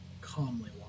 calmly